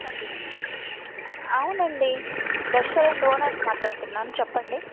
చెప్ అవునండి రెస్టారెంట్ ఓనర్ని మాట్లాడుతున్నాను చెప్పండి